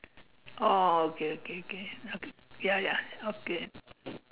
oh okay okay okay okay ya ya okay